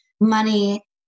Money